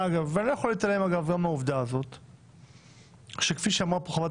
ואני לא יכול להתעלם מהעובדה שכפי שאמרה כאן חברת